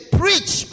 preach